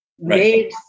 made